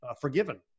forgiven